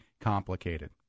complicated